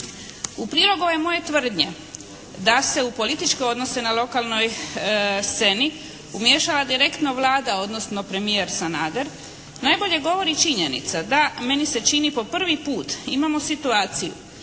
U prilog ove moje tvrdnje da se u političke odnose na lokalnoj sceni umiješala direktno Vlada odnosno Premijer Sanader najbolje govori činjenica da, meni se čini po prvi put imamo situaciju